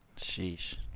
Sheesh